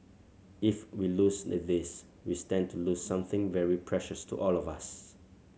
if we lose a this we stand to lose something very precious to all of us